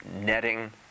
netting